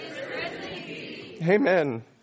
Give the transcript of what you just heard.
Amen